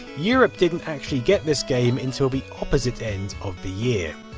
europe didn't actually get this game until the opposite end of the year.